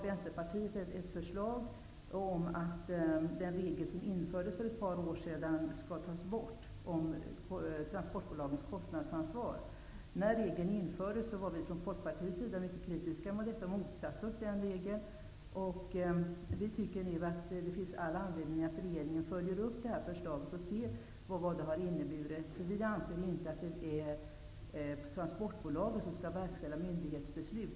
Vänsterpartiet har ett förslag om att den regel som infördes för ett par år sedan om transportbolagens kostnadsansvar skall tas bort. När regeln infördes var vi från Folkpartiet mycket kritiska och motsatte oss den regeln. Vi tycker nu att det finns all anledning att regeringen följer upp förslaget och ser på vad det har inneburit. Vi anser inte att transportbolagen skall verkställa myndigheters beslut.